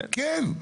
כן.